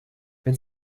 wenn